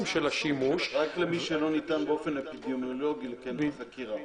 של השימוש --- רק למי שלא ניתן באופן אפידמיולוגי לקיים את החקירה.